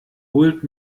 holt